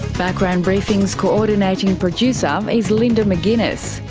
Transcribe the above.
background briefing's coordinating producer um is linda mcginness,